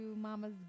Mama's